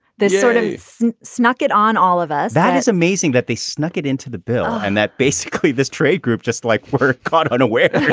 sort of snuck it on all of us that is amazing that they snuck it into the bill and that basically this trade group just like were caught unawares.